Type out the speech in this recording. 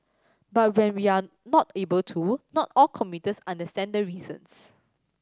but when we are not able to not all commuters understand the reasons